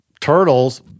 turtles